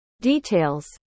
Details